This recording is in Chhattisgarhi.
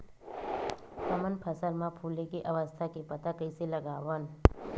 हमन फसल मा फुले के अवस्था के पता कइसे लगावन?